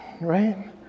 right